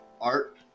art